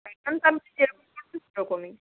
যেরকম সেরকমই